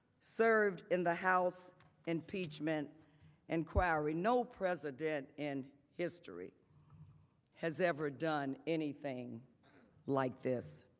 served in the house impeachment inquiry. no president in history has ever done anything like this.